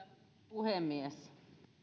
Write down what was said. puhemies